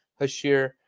hashir